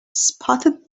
spotted